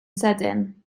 sydyn